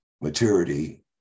maturity